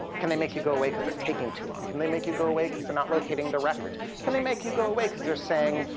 can they make you go away they're taking too long? can they make you go away because they're not locating the records? can they make you go away because they're saying,